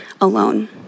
alone